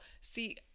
see